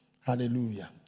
Hallelujah